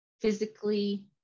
physically